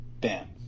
Bam